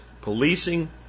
policing